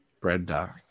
brenda